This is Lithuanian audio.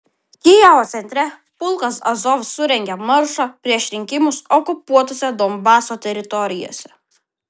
kijevo centre pulkas azov surengė maršą prieš rinkimus okupuotose donbaso teritorijose